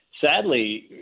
sadly